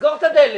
לסגור את הדלת.